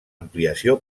ampliació